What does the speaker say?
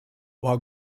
while